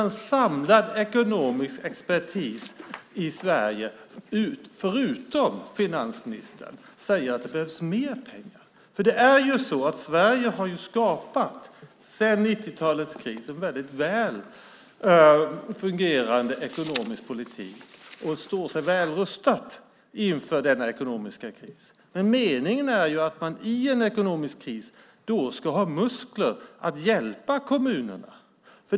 En samlad ekonomisk expertis i Sverige, utom finansministern, säger att det behövs mer pengar. Sverige har ju sedan 90-talets kris skapat en väldigt väl fungerande ekonomisk politik och står väl rustat inför denna ekonomiska kris. Men meningen är att man i en ekonomisk kris ska ha muskler att hjälpa kommunerna.